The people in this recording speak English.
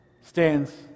stands